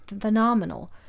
phenomenal